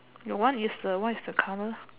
your one is the what is the color